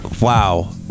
Wow